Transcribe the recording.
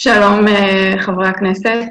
שלום חברי הכנסת.